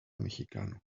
mexicano